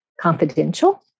confidential